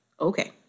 Okay